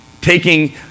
Taking